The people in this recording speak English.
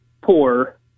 poor